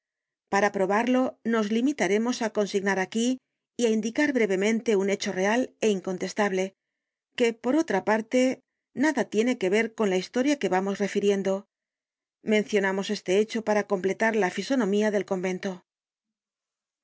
para probarlo nos limitaremos á consignar aquí y á indicar brevemente un hecho real'é incontestable que por otra parte nada tiene que ver con la historia que vamos refiriendo mencionamos este hecho para completar la fisonomía del convento